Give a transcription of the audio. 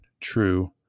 true